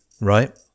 right